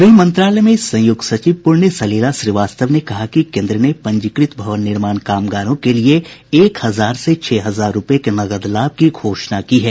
गृह मंत्रालय में संयुक्त सचिव पुण्य सलिला श्रीवास्तव ने कहा कि केन्द्र ने पंजीकृत भवन निर्माण कामगारों के लिए एक हजार से छह हजार रुपये के नकद लाभ की घोषणा की है